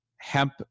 hemp